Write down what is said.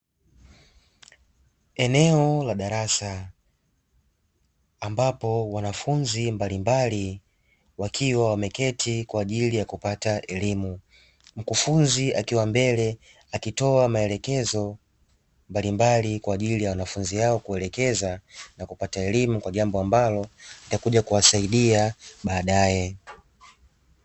Eneo la darasa ambapo wanafunzi mbalimbali wakiwa wameketi kwa ajili ya kupata elimu. Mkufunzi akiwa mbele akitoa maelekezo mbalimbali kwa ajili ya wanafunzi hao kuelekeza na kupata elimu kwa jambo ambalo litakuja kuwasaidia baadaye.